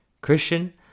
Christian